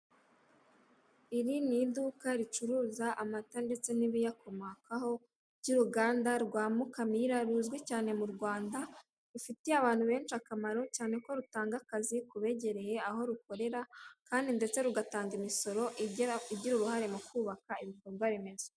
Iri ni iduka ricuruza amata ndetse n'ibiyakomokaho, by'uruganda rwa Mukamira, ruzwi cyane mu Rwanda, rufitiye abantu benshi akamaro, cyane ko rutanga akazi ku begereye aho rukorera, kandi ndetse rugatanga imisoro igira uruhare mu kubaka ibikorwa remezo.